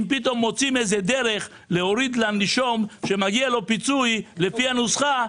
אם פתאום מוצאים איזו דרך להוריד לנישום שמגיע לו פיצוי לפי הנוסחה,